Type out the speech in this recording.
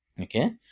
Okay